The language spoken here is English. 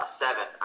seven